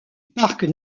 parc